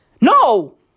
No